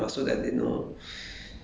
write to them so that they know